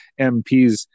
MPs